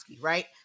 right